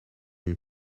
une